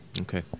Okay